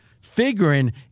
figuring